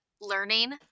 learning